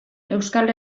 euskal